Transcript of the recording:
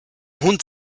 hund